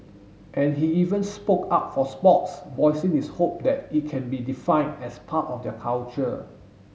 and he even spoke up for sports voicing his hope that it can be defined as part of their culture